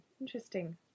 Interesting